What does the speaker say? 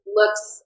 looks